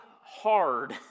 hard